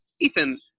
Ethan